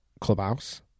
clubhouse